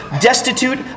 destitute